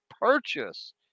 purchase